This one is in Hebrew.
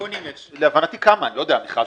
להבנתי כמה, אני לא יודע.